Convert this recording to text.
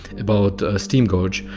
about steam gauge.